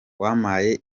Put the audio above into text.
yampaye